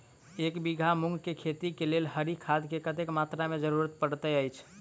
एक बीघा मूंग केँ खेती केँ लेल हरी खाद केँ कत्ते मात्रा केँ जरूरत पड़तै अछि?